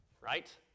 right